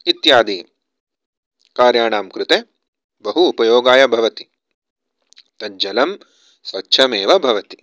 इत्यादि कार्याणां कृते बहु उपयोगाय भवति तज्जलं स्वच्छमेव भवति